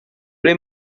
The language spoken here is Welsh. ble